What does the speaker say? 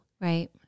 right